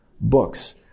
books